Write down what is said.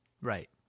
Right